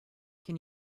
can